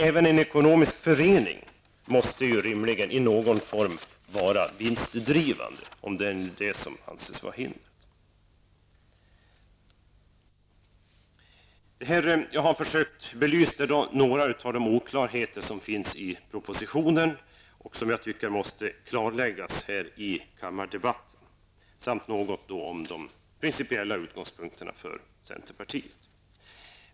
Även en ekonomisk förening måste rimligen i någon form vara vinstdrivande, om nu detta anses vara hindret för aktiebolaget. Jag har försökt belysa några av de oklarheter som finns i propositionen och som jag tycker måste klarläggas här i kammardebatten. Jag har även sagt något om de principiella utgångspunkterna för centerpartiet.